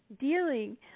dealing